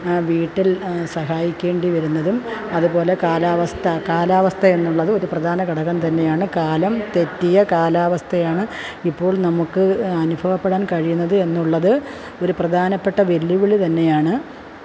വീട്ടില് സഹായിക്കേണ്ടി വര്ന്നതും അതുപോലെ കാലാവസ്ഥ കാലാവസ്ഥയെന്നുള്ളത് ഒരു പ്രധാന ഘടകം തന്നെയാണ് കാലം തെറ്റിയ കാലവസ്ഥയാണ് ഇപ്പോള് നമുക്ക് അനുഭവപ്പെടാൻ കഴിയുന്നത് എന്നുള്ളത് ഒരു പ്രധാനപ്പെട്ട വെല്ലുവിളി തന്നെയാണ്